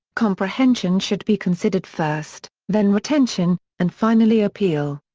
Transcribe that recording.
comprehension should be considered first, then retention, and finally appeal.